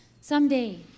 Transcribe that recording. someday